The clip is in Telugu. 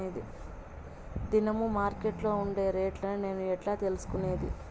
దినము మార్కెట్లో ఉండే రేట్లని నేను ఎట్లా తెలుసుకునేది?